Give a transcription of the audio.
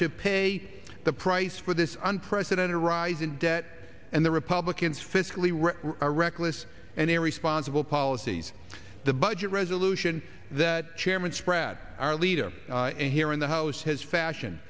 to pay the price for this unprecedented rise in debt and the republicans fiscally were reckless and irresponsible policies the budget resolution that chairman spread our leader here in the house his fashion